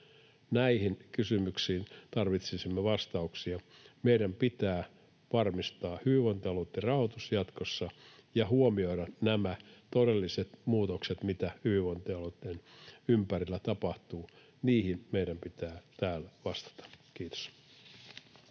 Näihin kysymyksiin tarvitsisimme vastauksia. Meidän pitää varmistaa hyvinvointialueitten rahoitus jatkossa ja huomioida nämä todelliset muutokset, mitä hyvinvointialueitten ympärillä tapahtuu. Niihin meidän pitää täällä vastata. — Kiitos.